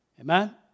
Amen